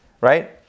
right